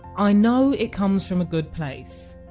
i know it comes from a good place,